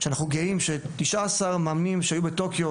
שאנחנו גאים שתשעה עשר מאמנים שהיו בטוקיו,